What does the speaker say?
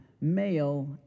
male